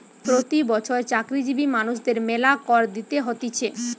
প্রতি বছর চাকরিজীবী মানুষদের মেলা কর দিতে হতিছে